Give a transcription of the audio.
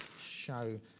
show